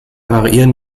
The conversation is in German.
variieren